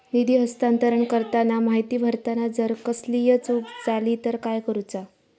निधी हस्तांतरण करताना माहिती भरताना जर कसलीय चूक जाली तर काय करूचा?